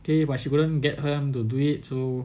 K but she couldn't get him to do it too